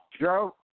Joe